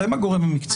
אתם הגורם המקצועי.